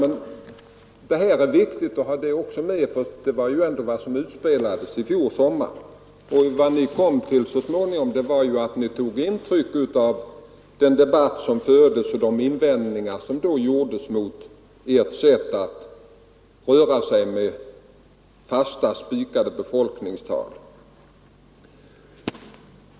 Men det är viktigt att ha detta med i bilden, för det var ju ändå vad som utspelades i fjol sommar. Så småningom tog ni ju intryck av den debatt som fördes och de invändningar som då gjordes mot ert sätt att röra er med fasta, spikade befolkningstal.